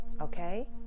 okay